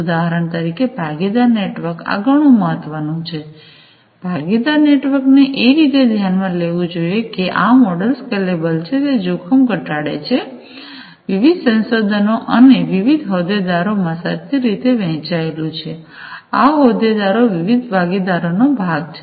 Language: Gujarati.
ઉદાહરણ તરીકે ભાગીદાર નેટવર્ક આ ઘણું મહત્વનું છે ભાગીદાર નેટવર્ક ને એ રીતે ધ્યાનમાં લેવું જોઈએ કે આ મોડલ સ્કેલેબલ છે તે જોખમ ઘટાડે છે વિવિધ સંશોધનોઅને વિવિધ હોદ્દેદારોમાં સરખી રીતે વહેચાયેલું છે આ હોદ્દેદારો વિવિધ ભાગીદારનો ભાગ છે